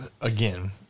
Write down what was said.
Again